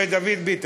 תקשיב, דוד ביטן.